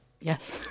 Yes